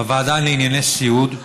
בוועדה לענייני סיעוד,